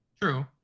True